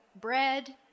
bread